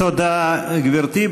תודה, גברתי.